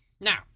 Now